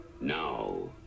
Now